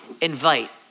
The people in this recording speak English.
invite